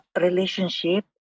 relationship